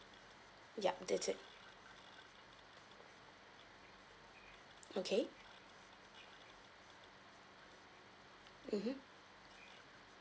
yup that's it okay mmhmm